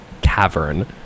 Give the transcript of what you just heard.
cavern